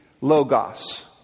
logos